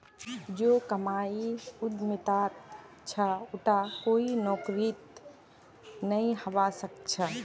जो कमाई उद्यमितात छ उटा कोई नौकरीत नइ हबा स ख छ